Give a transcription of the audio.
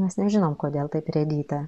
mes nežinom kodėl taip rėdyta